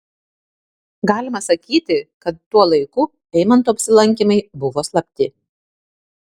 galima sakyti kad tuo laiku eimanto apsilankymai buvo slapti